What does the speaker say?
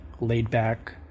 laid-back